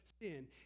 sin